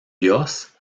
dios